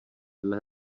dle